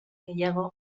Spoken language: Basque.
gehiago